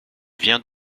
viens